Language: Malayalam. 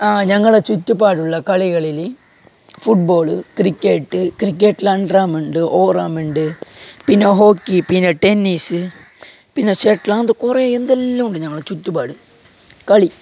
ഞങ്ങളുടെ ചുറ്റുപാടുള്ള കളികളില് ഫുട്ബോള് ക്രിക്കറ്റ് ക്രിക്കറ്റില് അണ്ടർ ആം ഉണ്ട് ഓവർ ആം ഉണ്ട് പിന്നെ ഹോക്കി പിന്നെ ടെന്നീസ് പിന്നെ ഷട്ടിൽ അങ്ങനത്തെ അങ്ങനെ എന്തെല്ലാം ഉണ്ട് ഞങ്ങളുടെ ചുറ്റുപാട് കളി